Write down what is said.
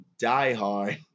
diehard